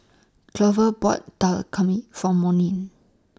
Glover bought Dal For Monnie